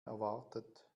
erwartet